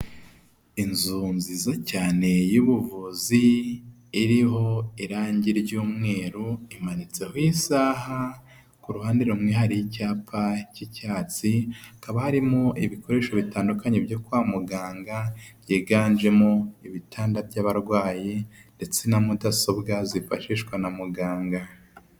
Inzu nziza cyane y'ubuvuzi iriho irangi ry'umweru imanitseho isaha, ku ruhande rumwe hari icyapa cy'icyatsi, hakaba harimo ibikoresho bitandukanye byo kwa muganga byiganjemo ibitanda by'abarwayi ndetse na mudasobwa zifashishwa na muganga.